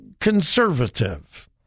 conservative